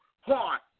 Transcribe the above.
heart